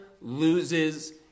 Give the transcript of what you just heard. loses